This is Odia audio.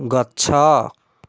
ଗଛ